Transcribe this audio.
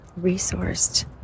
resourced